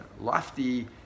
lofty